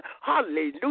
Hallelujah